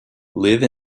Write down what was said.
live